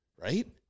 Right